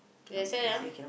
ya that's why lah